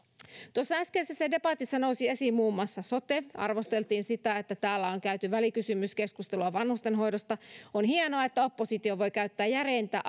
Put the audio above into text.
tuossa äskeisessä debatissa nousi esiin muun muassa sote ja arvosteltiin sitä että täällä on käyty välikysymyskeskustelua vanhustenhoidosta on hienoa että oppositio voi käyttää järeintä